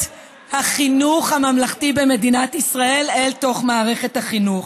החינוך הממלכתי במדינת ישראל אל תוך מערכת החינוך.